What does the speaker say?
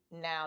now